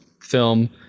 film